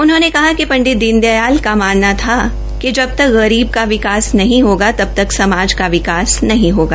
उन्होंने कहा कि पंडित दीन दयाल का मानना था कि जब तक गरीब का विकास नहीं होगा तब तक समाज का विकास नहीं होगा